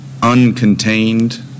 uncontained